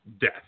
death